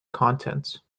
contents